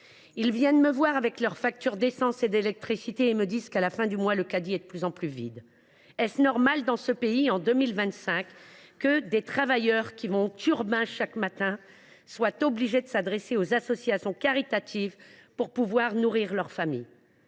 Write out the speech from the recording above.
Ils viennent me voir avec leurs factures d’essence et d’électricité et me disent qu’à la fin du mois le caddie est de plus en plus vide. Est il normal que, dans ce pays, en 2025, des travailleurs qui vont au turbin chaque matin soient obligés de s’adresser aux associations caritatives pour manger et nourrir leur famille ?